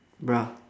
bruh